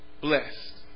blessed